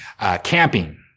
camping